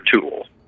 tool